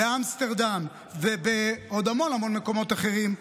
באמסטרדם ובעוד המון המון מקומות אחרים,